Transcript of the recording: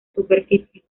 superficie